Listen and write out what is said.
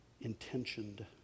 intentioned